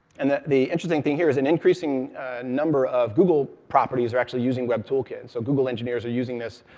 and the the interesting thing here is, an increasing number of google properties are actually using web toolkit. so, google engineers are using this,